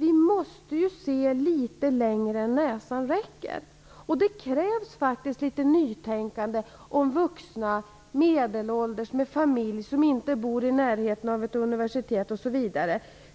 Vi måste ju se litet längre än näsan räcker, och det krävs faktiskt litet nytänkande om vuxna, medelålders med familj, människor som inte bor i närheten av ett universitet, osv.